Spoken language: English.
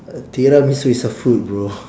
tiramisu is a food bro